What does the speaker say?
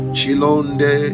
Chilonde